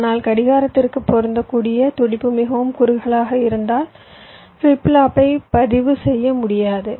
ஆனால் கடிகாரத்திற்குப் பொருந்தக்கூடிய துடிப்பு மிகவும் குறுகலாக இருந்தால் ஃபிளிப் ஃப்ளாப்பை பதிவு செய்ய முடியாது